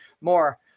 more